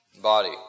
body